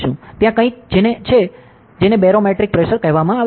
ત્યાં કંઈક છે જેને બેરોમેટ્રિક પ્રેશર કહેવામાં આવે છે